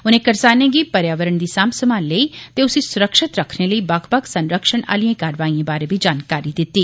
उनें करसानें गी पर्यावरण दी सांम संभाल लेई ते उसी सुरक्षत रखने लेई बक्ख बक्ख संरक्षण आलिएं कारवाइएं बारे बी जानकारी दित्ती